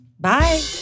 Bye